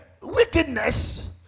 wickedness